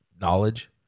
knowledge